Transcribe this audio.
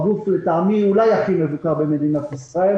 לטעמי, הוא אולי הגוף הכי מבוקר במדינת ישראל.